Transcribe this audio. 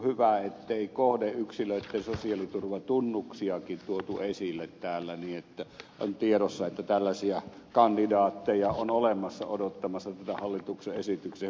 hyvä ettei kohdeyksilöitten sosiaaliturvatunnuksiakin tuotu esille täällä niin että on tiedossa että tällaisia kandidaatteja on olemassa odottamassa tätä hallituksen esityksen hyväksymistä